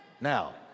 now